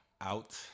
out